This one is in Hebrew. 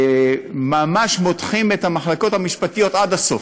ממש מותחים את המחלקות המשפטיות עד הסוף,